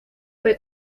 fue